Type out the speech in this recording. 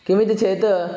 किमिति चेत्